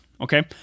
Okay